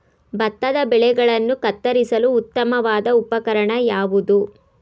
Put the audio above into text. ಭತ್ತದ ಬೆಳೆಗಳನ್ನು ಕತ್ತರಿಸಲು ಉತ್ತಮವಾದ ಉಪಕರಣ ಯಾವುದು?